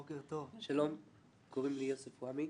בוקר טוב, קוראים לי יוסף עואמי.